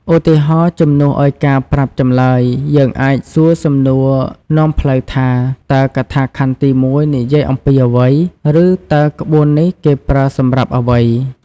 ឧទាហរណ៍ ជំនួសឱ្យការប្រាប់ចម្លើយ យើងអាចសួរសំណួរនាំផ្លូវថា តើកថាខណ្ឌទីមួយនិយាយអំពីអ្វី? ឬ តើក្បួននេះគេប្រើសម្រាប់អ្វី?។